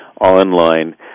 online